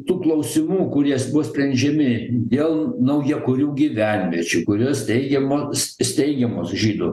tų klausimų kurie bus sprendžiami dėl naujakurių gyvenviečių kurios steigiamos steigiamos žydų